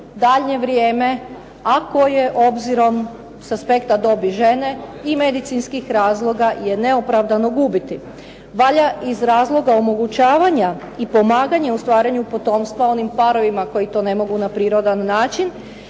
daljnje vrijeme, a koje obzirom s aspekta dobi žene i medicinskih razloga je neopravdano gubiti. Valja iz razloga omogućavanja i pomaganja u stvaranju potomstva onim parovima koji to ne mogu na prirodan način